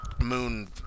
moon